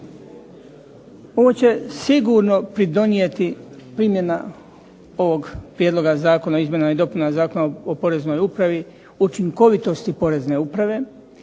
Ovo će sigurno pridonijeti, primjena ovog Prijedloga zakona o izmjenama i dopunama Zakona o poreznoj upravi učinkovitosti porezne uprave,